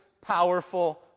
powerful